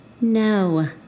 No